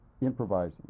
improvising